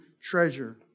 treasure